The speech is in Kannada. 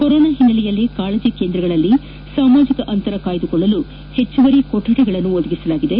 ಕೊರೋನಾ ಹಿನ್ನೆಲೆಯಲ್ಲಿ ಕಾಳಜಿ ಕೇಂದ್ರಗಳಲ್ಲಿ ಸಾಮಾಜಿಕ ಅಂತರ ಕಾಯ್ದುಕೊಳ್ಳಲು ಹೆಚ್ಚುವರಿ ಕೊಠಡಿಗಳನ್ನು ಒದಗಿಸಲಾಗಿದೆ